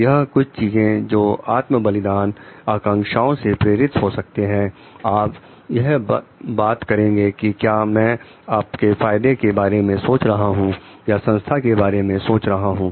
यह कुछ चीजों के आत्म बलिदान आकांक्षाओं से प्रेरित हो सकते हैं आप यह बात करेंगे कि क्या मैं अपने फायदे के बारे में सोच रहा हूं या संस्था के बारे में सोच रहा हूं